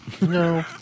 No